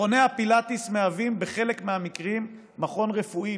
מכוני הפילאטיס מהווים בחלק מהמקרים מכון רפואי,